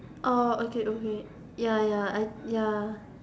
oh okay okay ya ya I ya